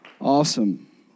Awesome